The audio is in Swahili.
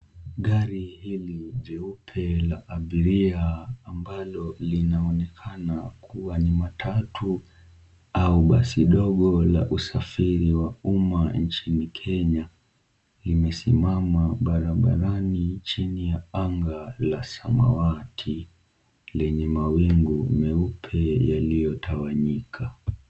Gari hili jeupe la abiria ambalo linaonekana kuwa ni matatu au basi ndogo la usafiri wa umma nchini Kenya, limesimama barabarani chini ya anga la samawati lenye mawingu meupe yaliyotawanyika.